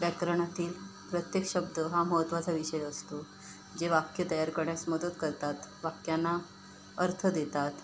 व्याकरणातील प्रत्येक शब्द हा महत्त्वाचा विषय असतो जे वाक्य तयार करण्यास मदत करतात वाक्यांना अर्थ देतात